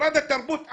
משרד התרבות.